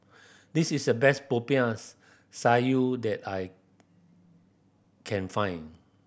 this is the best Popiah Sayur that I can find